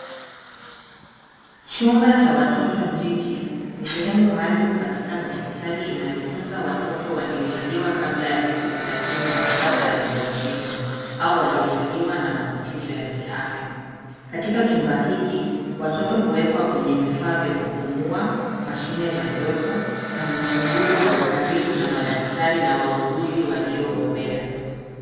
Chumba cha watoto njiti ni sehemu maalum katika hospitali inayotunza watoto waliozaliwa kabla ya wiki thelathini na saba ya ujauzito au waliozaliwa na matatizo ya kiafya. Katika chumba hiki, watoto huwekwa kwenye vifaa vya kupumua, mashine za joto, na huchunguzwa kwa ukaribu na madaktari na wauguzi waliobobea.